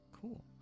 Cool